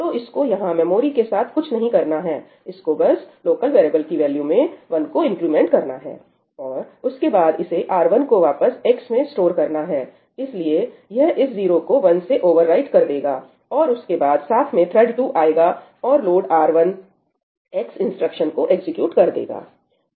तो इसको यहां मेमोरी के साथ कुछ नहीं करना है इसको बस लोकल वेरिएबल की वैल्यू में 1 को इंक्रीमेंट करना है और उसके बाद इसे R1 को वापस X में स्टोर करना है इसलिए यह इस 0 को 1 से ओवरराइट कर देगा और उसके बाद साथ में थ्रेड 2 आएगा और 'लोड R1X' इंस्ट्रक्शन को एग्जीक्यूट कर देगा